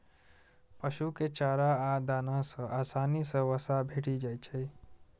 पशु कें चारा आ दाना सं आसानी सं वसा भेटि जाइ छै